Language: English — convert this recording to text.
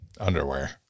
Underwear